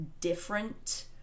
different